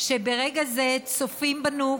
שברגע זה צופים בנו,